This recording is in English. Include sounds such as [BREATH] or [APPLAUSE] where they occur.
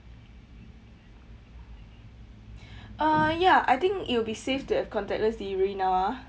[BREATH] uh ya I think it will be safe to have contactless delivery now ah